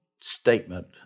statement